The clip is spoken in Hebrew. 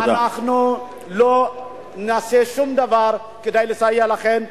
אנחנו לא נעשה שום דבר כדי לסייע לכן,